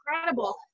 incredible